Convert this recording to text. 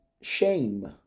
shame